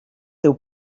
teu